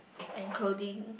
and clothing